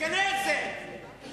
תגנה את פעולת הצבא הישראלי בעזה.